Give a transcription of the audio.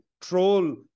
troll